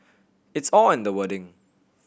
it's all in the wording